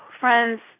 friends